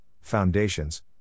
foundations